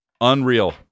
Unreal